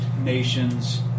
nations